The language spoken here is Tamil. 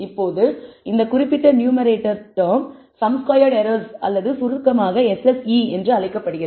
இப்போது இந்த குறிப்பிட்ட numerator term sum squared errors அல்லது சுருக்கமாக SSE என அழைக்கப்படுகிறது